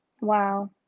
Wow